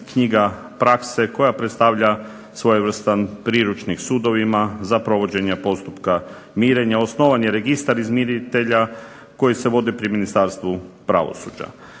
knjiga prakse koja predstavlja svojevrstan priručnik sudovima za provođenje postupka mirenja, osnovan je Registar izmiritelja koji se vodi pri Ministarstvu pravosuđa.